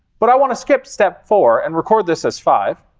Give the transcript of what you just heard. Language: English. but i want to skip step four and record this as five.